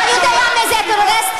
אתה יודע מי זה טרוריסט?